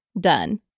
done